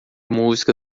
música